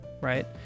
right